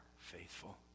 faithful